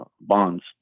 bonds